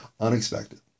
unexpected